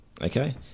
Okay